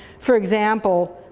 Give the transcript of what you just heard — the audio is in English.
for example,